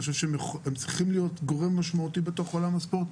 אני חושב שהם צריכים להיות גורם משמעותי בתוך עולם הספורט.